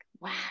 wow